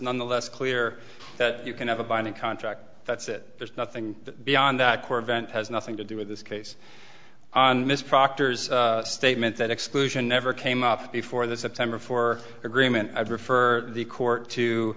nonetheless clear that you can have a binding contract that's it there's nothing beyond that core event has nothing to do with this case on this proctors statement that exclusion never came up before the september for agreement i'd prefer the court to